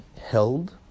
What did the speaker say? held